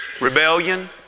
rebellion